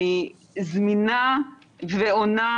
אני זמינה ועונה,